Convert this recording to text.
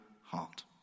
heart